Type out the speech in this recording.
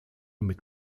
mit